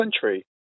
country